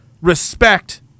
respect